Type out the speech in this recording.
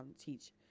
teach